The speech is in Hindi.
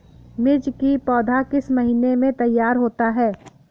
मिर्च की पौधा किस महीने में तैयार होता है?